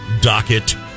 docket